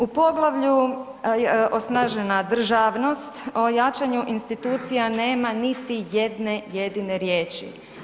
U poglavlju Osnažena državnost, o jačanju institucija nema niti jedne jedine riječi.